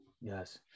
Yes